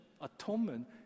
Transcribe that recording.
atonement